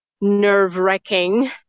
nerve-wracking